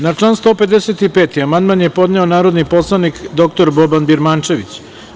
Na član 155. amandman je podneo narodni poslanik dr Boban Birmančević.